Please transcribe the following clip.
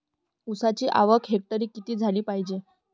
ऊसाची आवक हेक्टरी किती झाली पायजे?